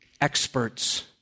experts